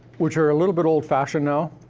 which are a little bit old-fashioned now.